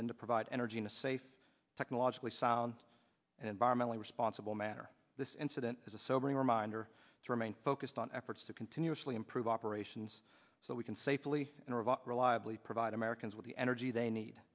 been to provide energy in a safe technologically sound and environmentally responsible manner this incident is a sobering reminder to remain focused on efforts to continuously improve operations so we can safely and reliably provide americans with the energy they need